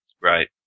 Right